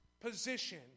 position